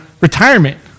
retirement